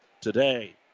today